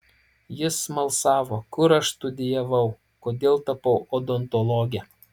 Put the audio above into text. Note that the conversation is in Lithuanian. jis smalsavo kur aš studijavau kodėl tapau odontologe